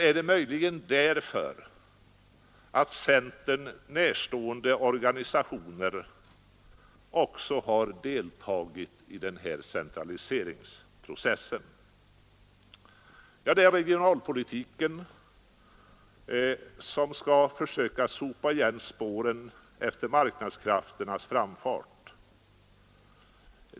Är det möjligen därför att centern närstående organisationer också har deltagit i den här centraliseringsprocessen? Ja, det är regionalpolitiken som skall försöka sopa igen spåren efter marknadskrafternas framfart.